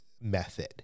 method